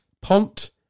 Pont